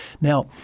Now